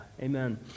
amen